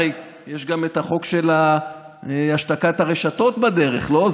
הרי יש גם את החוק של השתקת הרשתות בדרך, לא?